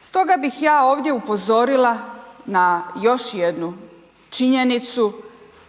Stoga bih ja ovdje upozorila na još jednu činjenicu,